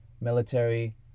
military